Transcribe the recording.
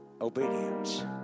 obedience